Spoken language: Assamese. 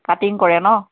কাটিং কৰে ন'